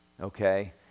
Okay